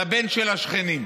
לבן של השכנים.